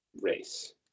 race